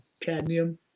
cadmium